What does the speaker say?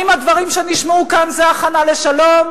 האם הדברים שנשמעו כאן זה הכנה לשלום,